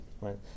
right